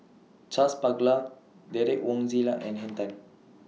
Charles Paglar Derek Wong Zi Liang and Henn Tan